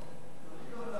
הכבוד,